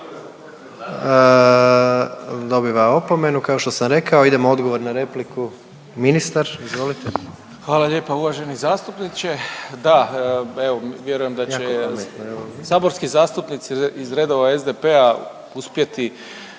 Dobiva opomenu kao što sam rekao. Idemo odgovor na repliku ministar, izvolite. **Malenica, Ivan (HDZ)** Hvala lijepa. Uvaženi zastupniče, da evo vjerujem da će saborski zastupnici iz redova SDP-a uspjeti